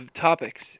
topics